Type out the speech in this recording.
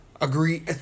Agree